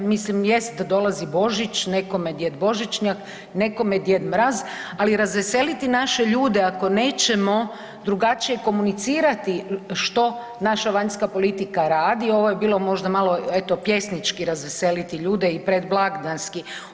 Mislim jest dolazi Božić, nekome djed Božićnjak, nekome Djed Mraz, ali razveseliti naše ljude ako nećemo drugačije komunicirati što naša vanjska politika radi, ovo je bilo možda malo eto pjesnički razveseliti ljude i predblagdanski.